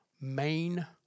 main